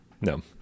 No